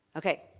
okay?